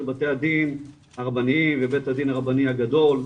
של בתי הדין הרבניים ובית הדין הרבני הגדול,